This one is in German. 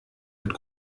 wird